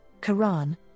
Quran